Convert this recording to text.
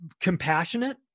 compassionate